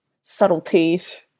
subtleties